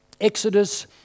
Exodus